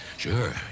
Sure